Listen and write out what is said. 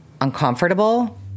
uncomfortable